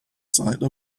side